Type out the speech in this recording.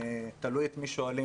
תלוי את מי שואלים,